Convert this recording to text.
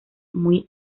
muy